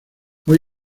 hoy